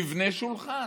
תבנה שולחן.